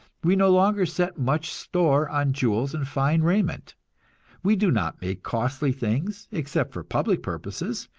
we no longer set much store on jewels and fine raiment we do not make costly things, except for public purposes,